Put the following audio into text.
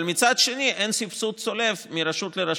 אבל מצד שני אין סבסוד צולב מרשות לרשות.